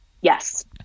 Yes